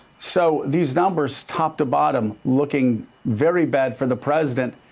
so these numbers, top-to-bottom, looking very bad for the president.